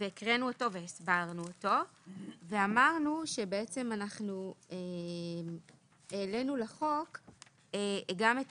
והקראנו אותו והסברנו אותו ואמרנו שאנחנו העלינו לחוק גם את